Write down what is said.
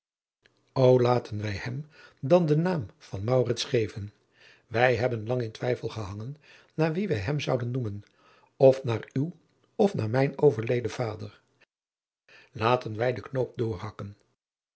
o laten wij hem dan den naam van maurits geven wij hebben lang in twijfel gehangen naar wien wij hem zouden noemen of naar uw of naar mijn overleden vader laten wij den knoop doorhakken